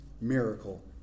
miracle